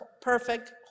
perfect